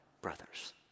brothers